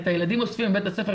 את הילדים אוספים מביתה ספר,